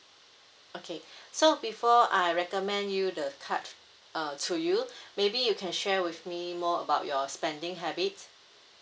okay so before I recommend you the card uh to you maybe you can share with me more about your spending habit